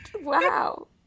wow